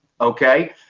Okay